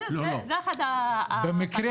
זה אחד הדברים.